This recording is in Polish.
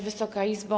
Wysoka Izbo!